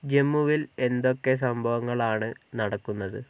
ജമ്മുവിൽ എന്തൊക്കെ സംഭവങ്ങളാണ് നടക്കുന്നത്